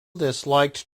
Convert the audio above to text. disliked